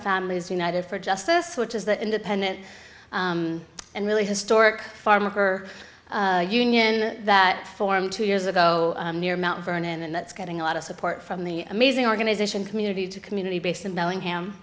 families united for justice which is that independent and really historic farm worker union that formed two years ago near mount vernon and that's getting a lot of support from the amazing organization community to community based in bellingham